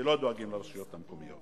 שלא דואגים לרשויות המקומיות.